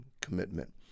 commitment